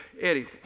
Eddie